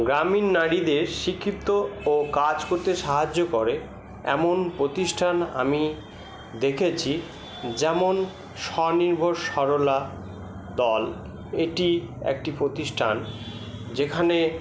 গ্রামীণ নারীদের শিক্ষিত ও কাজ করতে সাহায্য করে এমন প্রতিষ্ঠান আমি দেখেছি যেমন স্বনির্ভর সরলা দল এটি একটি প্রতিষ্ঠান যেখানে